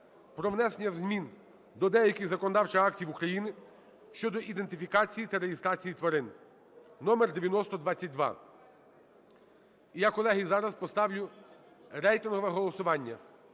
про внесення змін до деяких законодавчих актів України щодо ідентифікації та реєстрації тварин (№ 9022). І я, колеги, зараз поставлю рейтингове голосування.